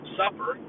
supper